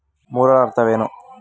ಮೂರರ ಅರ್ಥವೇನು?